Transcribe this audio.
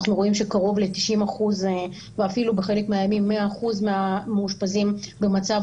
אנחנו רואים שקרוב ל-90% ואפילו בחלק מהימים 100% מהמאושפזים במצב